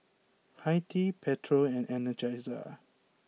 hi Tea Pedro and Energizer